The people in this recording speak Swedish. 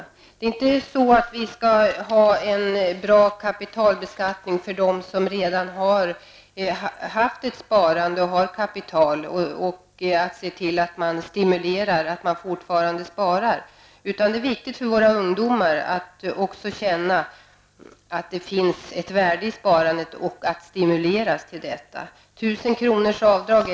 Det handlar inte om att vi skall ha bara en bra kapitalbeskattning för dem som redan har sparat och har ett kapital och se till att dessa människor stimuleras till att fortsätta spara, utan det är viktigt för våra ungdomar att känna att det finns ett värde i sparande och att de stimuleras till detta. Ett avdrag på 1000 kr.